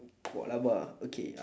koalapa okay